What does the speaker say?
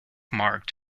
marked